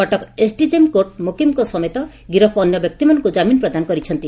Cuttack SDJM court ମୋକିମଙ୍କ ସମେତ ଗିରଫ ଅନ୍ୟ ବ୍ୟକ୍ତିମାନଙ୍କୁ ଜାମିନ ପ୍ରଦାନ କରିଛନ୍ତି